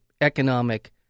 economic